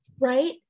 Right